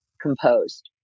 composed